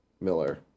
Miller